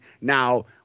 Now